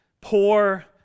poor